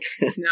No